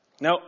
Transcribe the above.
Now